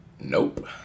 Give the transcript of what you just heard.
Nope